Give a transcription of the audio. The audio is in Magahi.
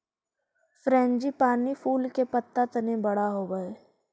फ्रेंजीपानी फूल के पत्त्ता तनी बड़ा होवऽ हई